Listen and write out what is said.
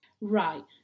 Right